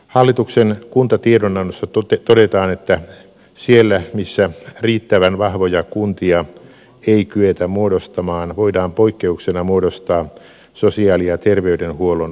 hallituksen kuntatiedonannossa todetaan että siellä missä riittävän vahvoja kuntia ei kyetä muodostamaan voidaan poikkeuksena muodostaa sosiaali ja terveydenhuollon alueita